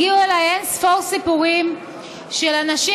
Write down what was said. הגיעו אליי אין-ספור סיפורים של אנשים